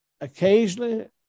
occasionally